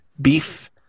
Beef